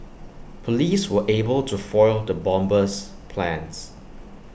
Police were able to foil the bomber's plans